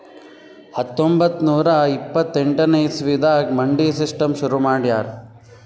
ಹತ್ತೊಂಬತ್ತ್ ನೂರಾ ಇಪ್ಪತ್ತೆಂಟನೇ ಇಸವಿದಾಗ್ ಮಂಡಿ ಸಿಸ್ಟಮ್ ಶುರು ಮಾಡ್ಯಾರ್